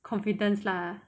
confidence lah